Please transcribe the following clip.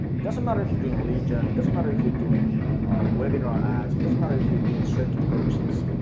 it doesn't matter if you're doing lead gen, it doesn't matter if you're doing webinar ads, it doesn't matter if you're doing straight to purchase,